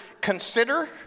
consider